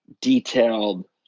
detailed